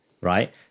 right